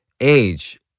age